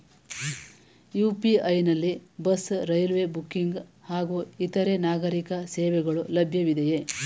UPI ನಲ್ಲಿ bus, railway booking ಹಾಗೂ ಇತರೆ ನಾಗರೀಕ ಸೇವೆಗಳು ಲಭ್ಯವಿದೆಯೇ?